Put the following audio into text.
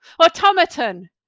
Automaton